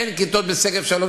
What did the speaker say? אין כיתות בשגב-שלום.